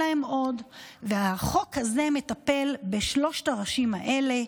והחוק הזה מטפל בשלושת הראשים האלה: